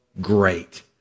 great